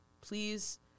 Please